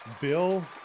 Bill